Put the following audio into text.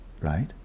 right